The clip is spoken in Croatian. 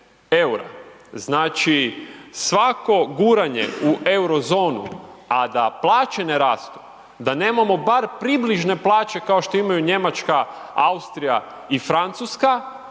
EUR-a. Znači svako guranje u euro zonu, a da plaće ne rastu, da nemamo bar približne plaće kao što imaju Njemačka, Austrija i Francuska